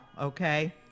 Okay